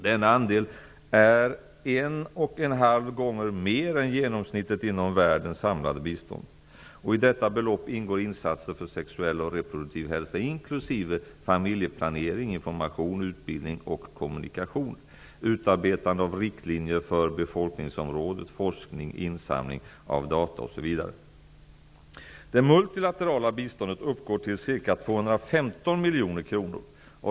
Denna andel är en och en halv gånger större än genomsnittet inom världens samlade bistånd. I detta belopp ingår insatser för sexuell och reproduktiv hälsa inklusive familjplanering, information, utbildning, kommunikation, utarbetande av riktlinjer för befolkningsområdet, forskning, insamling av data osv. miljoner kronor.